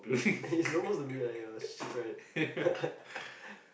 it's supposed to be like a sheep right